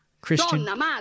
Christian